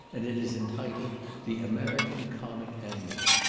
and it is entitled the american comic annual.